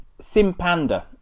Simpanda